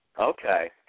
Okay